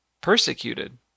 persecuted